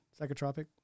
Psychotropic